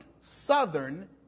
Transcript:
Southern